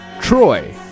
Troy